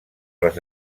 les